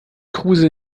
kruse